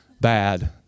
Bad